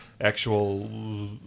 actual